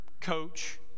coach